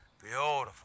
Beautiful